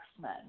Men